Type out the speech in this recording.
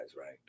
right